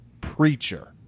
preacher